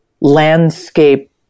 landscape